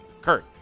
kurt